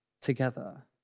together